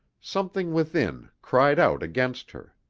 something within cried out against her.